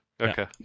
Okay